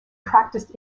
practiced